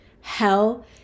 hell